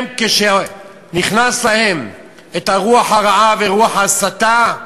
הם, כשנכנסת בהם הרוח הרעה, ורוח ההסתה,